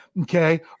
Okay